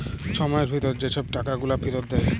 ছময়ের ভিতরে যে ছব গুলা টাকা ফিরত দেয়